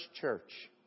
church